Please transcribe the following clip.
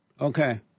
Okay